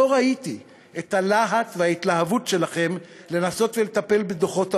לא ראיתי את הלהט וההתלהבות שלכם לנסות ולטפל בדוחות העוני.